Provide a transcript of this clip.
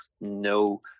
no